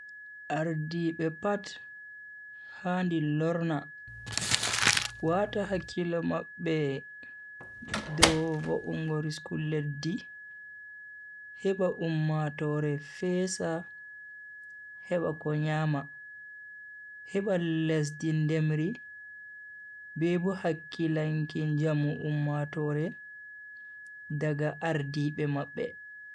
Ardibe pat handi lorna, wata hakkilo mabbe dow vo'ungo risku leddi heba ummatoore fesa heba ko nyama. heba lesdi ndemri be bo hakkilanki njamu ummatoore daga ardiibe mabbe.